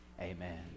Amen